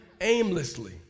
aimlessly